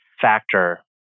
factor